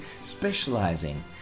specializing